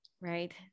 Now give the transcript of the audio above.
right